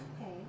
Okay